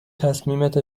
تصمیمت